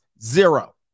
zero